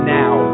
now